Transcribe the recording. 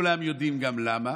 וכולם יודעים גם למה.